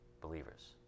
believers